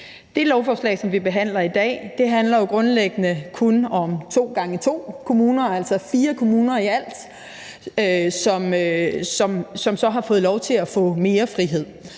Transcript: Det lovforslag, som vi behandler i dag, handler jo grundlæggende kun om 2 gange 2 kommuner, altså 4 kommuner i alt, som så har fået lov til at få mere frihed.